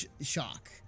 shock